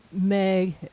Meg